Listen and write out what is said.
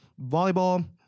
volleyball